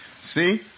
See